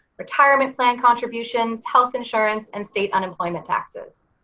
retirement plan contributions, health insurance, and state unemployment taxes.